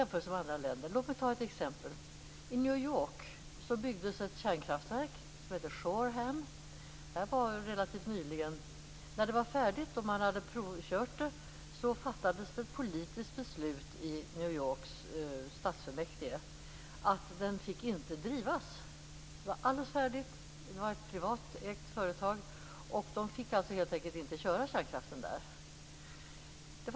Låt mig ge ett exempel. I New York byggdes ett kärnkraftverk som heter Shoreham. Jag var där relativt nyligen. När det var färdigt och man hade provkört det fattades det ett politiskt beslut i Det var alldeles färdigt, ägdes av ett privat företag som helt enkelt inte fick köra det.